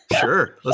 Sure